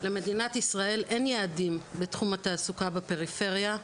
למדינת ישראל אין יעדים בתחום התעסוקה בפריפריה,